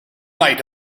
night